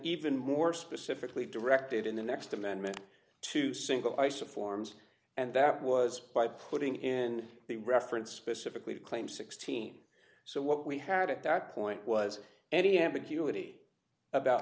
even more specifically directed in the next amendment to sink ice of forms and that was by putting in a reference specifically to claim sixteen so what we had at that point was any ambiguity about